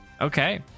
Okay